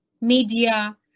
media